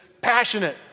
passionate